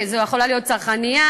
זו יכולה להיות צרכנייה,